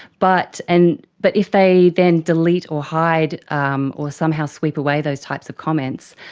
but and but if they then delete or hide um or somehow sweep away those types of comments,